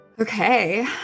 Okay